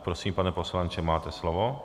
Prosím, pane poslanče, máte slovo.